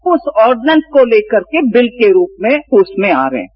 तो उस ऑर्डिनेंस को लेकर के बिल के रूप में उसमें आ रहे हैं